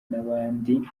n’abandi